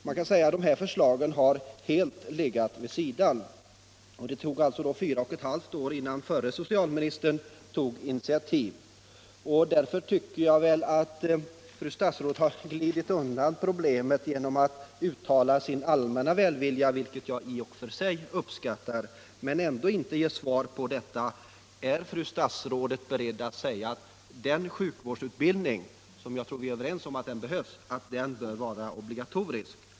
Man kan säga att dessa förslag helt har lagts åt sidan. Det dröjde fyra och ett halvt år innan den förre socialministern tog något initiativ. Jag tycker att fru statsrådet försöker glida undan problemet genom att uttala sin allmänna välvilja, vilken jag i och för sig uppskattar, utan att svara på frågan om fru statsrådet anser att den sjukvårdsutbildning som jag förmodar vi är överens om behövs skall vara obligatorisk.